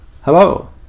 Hello